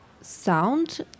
sound